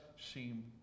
seem